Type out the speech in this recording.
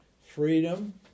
freedom